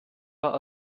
war